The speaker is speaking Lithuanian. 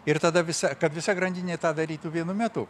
ir tada visa kad visa grandinė tą darytų vienu metu